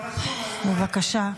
בבקשה.